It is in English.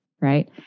right